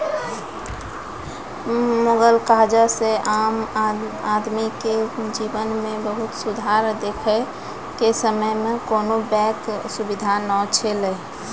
मुगल काजह से आम आदमी के जिवन मे बहुत सुधार देखे के समय मे कोनो बेंक सुबिधा नै छैले